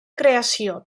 creació